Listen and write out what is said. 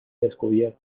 descubierto